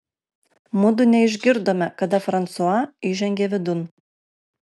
mudu neišgirdome kada fransua įžengė vidun